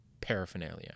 Paraphernalia